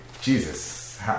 Jesus